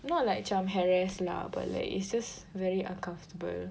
not like macam harass lah but like it's just very uncomfortable